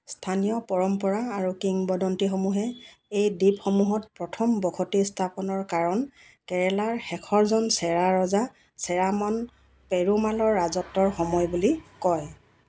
স্থানীয় পৰম্পৰা আৰু কিংবদন্তিসমূহে এই দ্বীপসমূহত প্ৰথম বসতি স্থাপনৰ কাৰণ কেৰেলাৰ শেষৰজন চেৰা ৰজা চেৰামন পেৰুমালৰ ৰাজত্বৰ সময় বুলি কয়